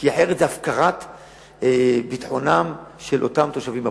כי אחרת זו הפקרת ביטחונם של אותם תושבים במקום.